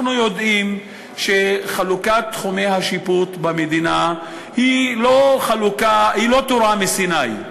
אנחנו יודעים שחלוקת תחומי השיפוט במדינה היא לא תורה מסיני,